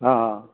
ਹਾਂ